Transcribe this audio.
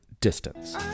distance